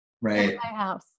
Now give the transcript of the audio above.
Right